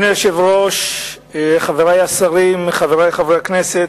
אדוני היושב-ראש, חברי השרים, חברי חברי הכנסת,